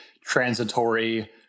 transitory